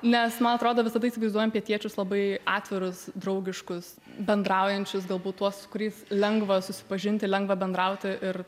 nes man atrodo visada įsivaizduojam pietiečius labai atvirus draugiškus bendraujančius galbūt tuos su kuriais lengva susipažinti lengva bendrauti ir